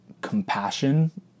compassion